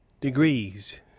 degrees